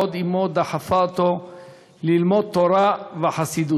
בעוד אמו דחפה אותו ללמוד תורה וחסידות.